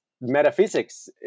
metaphysics